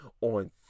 on